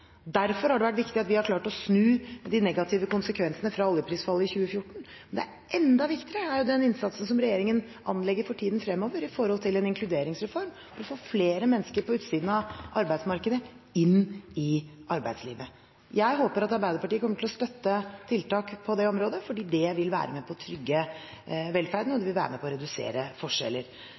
Derfor har det vært viktig at vi har klart å snu de negative konsekvensene fra oljeprisfallet i 2014. Enda viktigere er den innsatsen som regjeringen anlegger for tiden fremover på en inkluderingsreform hvor vi får flere mennesker på utsiden av arbeidsmarkedet inn i arbeidslivet. Jeg håper at Arbeiderpartiet kommer til å støtte tiltak på det området, fordi det vil være med på å trygge velferden, og det vil være med på å redusere forskjeller.